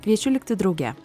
kviečiu likti drauge